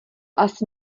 asi